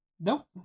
Nope